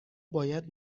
باید